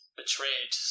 betrayed